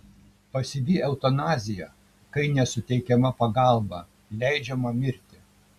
pasyvi eutanazija kai nesuteikiama pagalba leidžiama mirti